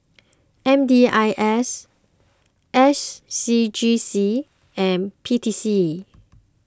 M D I S S C G C and P T C